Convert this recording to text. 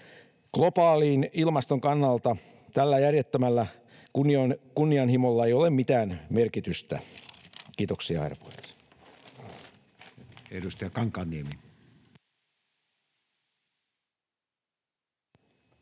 Globaalin ilmaston kannalta tällä järjettömällä kunnianhimolla ei ole mitään merkitystä. — Kiitoksia, herra puhemies.